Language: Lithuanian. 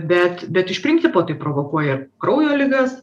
bet bet iš principo tai provokuoja ir kraujo ligas